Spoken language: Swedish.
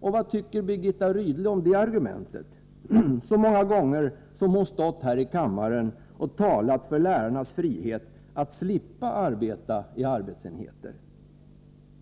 Vad tycker Birgitta Rydle om det argumentet? — så många gånger som hon stått här i kammaren och talat för lärarnas frihet att slippa arbeta i arbetsenheter.